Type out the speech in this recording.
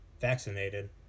vaccinated